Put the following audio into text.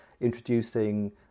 introducing